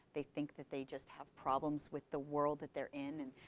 they think that they just have problems with the world that they're in.